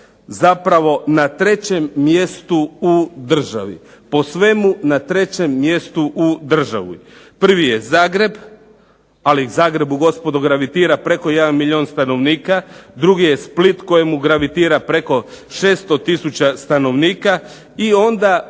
zapravo na 3. mjestu u državi. Po svemu, na 3. mjestu u državi. Prvi je Zagreb, ali Zagrebu gospodo gravitira preko 1 milijuna stanovnika, drugi je Split kojemu gravitira preko 600 tisuća stanovnika i onda